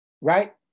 right